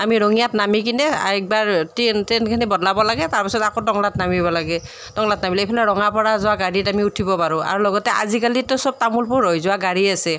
আমি ৰঙিয়াত নামিকেনে এবাৰ ট্ৰেন ট্ৰেনখিনি বদলাব লাগে তাৰপিছত আকৌ টংলাত নামিব লাগে টংলাত নামিলে এইফালে ৰঙাপাৰা যোৱা গাড়ীত আমি উঠিব পাৰোঁ আৰু লগতে আজিকালিতো সব তামোলপুৰ হৈ যোৱা গাড়ী আছে